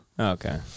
Okay